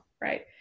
right